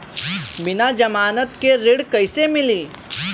बिना जमानत के ऋण कईसे मिली?